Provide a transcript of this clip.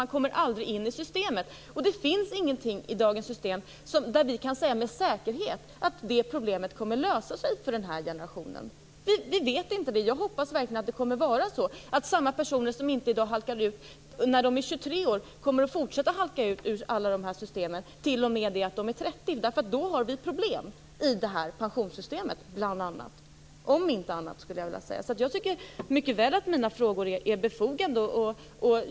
Man kommer aldrig in i systemet. Det finns heller ingenting i dagens system som gör att vi med säkerhet kan säga att det problemet kommer att lösa sig för den här generationen. Vi vet inte det. Jag hoppas verkligen att det kommer att vara så - att samma personer som i dag halkar ut när de är 23 år inte kommer att fortsätta halka ut ur alla de här systemen tills de är 30. I så fall har vi nämligen ett problem, om inte annat, i det här pensionssystemet. Jag tycker mycket väl att mina frågor är befogade.